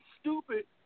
stupid